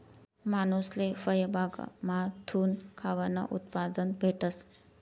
मानूसले फयबागमाथून खावानं उत्पादन भेटस